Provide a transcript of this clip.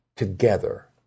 together